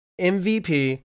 MVP